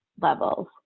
levels